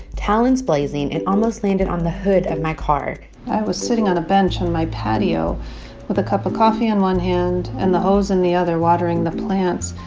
talons blazing, and almost landed on the hood of my car i was sitting on a bench on my patio with a cup of coffee in one hand and the hose in the other watering the plants,